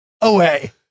away